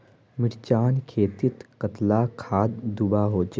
मिर्चान खेतीत कतला खाद दूबा होचे?